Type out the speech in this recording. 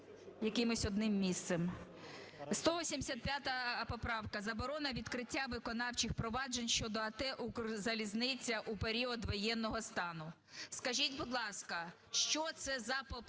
якимось одним місцем. 185 поправка. Заборона відкриття виконавчих проваджень щодо АТ "Укрзалізниця" у період воєнного стану. Скажіть, будь ласка, що це за поправка,